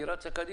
היא רצה קדימה.